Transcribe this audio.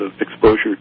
exposure